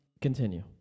continue